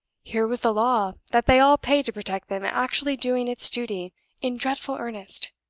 here was the law that they all paid to protect them actually doing its duty in dreadful earnest!